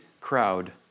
crowd